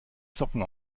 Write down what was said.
socken